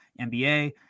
NBA